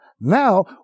now